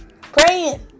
praying